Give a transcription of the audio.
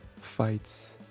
fights